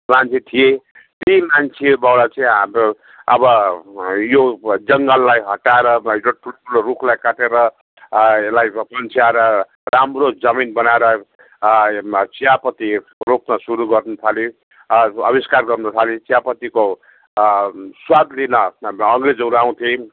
मान्छे थिए त्यही मान्छेबाट चाहिँ हाम्रो अब यो जङ्गललाई हटाएर भयो ठुल्ठुलो रुखलाई काटेर यसलाई पन्साएर राम्रो जमिन बनाएर चियापत्ती रोप्न सुरू गर्न थाले आविष्कार गर्नु थाले चियापत्तीको स्वाद लिन अङ्ग्रेजहरू आउँथे